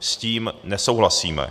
S tím nesouhlasíme.